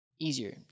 easier